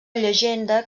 llegenda